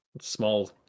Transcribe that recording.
small